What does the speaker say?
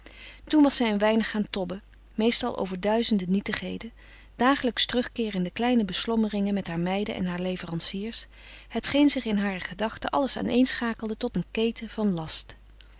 toen was zij een weinig gaan tobben meestal over duizenden nietigheden dagelijks terugkeerende kleine beslommeringen met haar meiden en haar leveranciers hetgeen zich in hare gedachte alles aaneenschakelde tot een keten van last